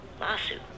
Lawsuit